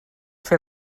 fer